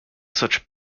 such